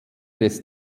des